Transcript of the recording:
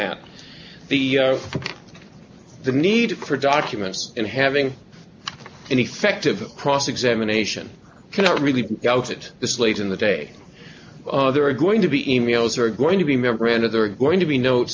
that the the need for documents and having an effective cross examination cannot really doubt it this late in the day there are going to be e mails are going to be memoranda there are going to be no